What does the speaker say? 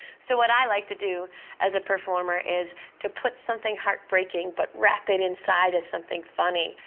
so what i like to do as a performer is to put something heartbreaking but wrap it inside as something funny.